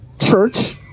church